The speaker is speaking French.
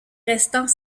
restant